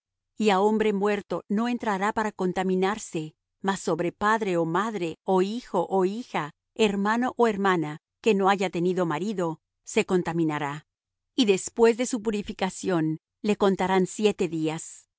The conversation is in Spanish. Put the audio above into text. á hombre muerto no entrará para contaminarse mas sobre padre ó madre ó hijo ó hija hermano ó hermana que no haya tenido marido se contaminará y ffadespués de su purificación le contarán siete días